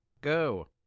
Go